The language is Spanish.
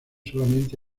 solamente